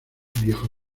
viejo